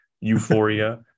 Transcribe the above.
Euphoria